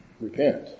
Repent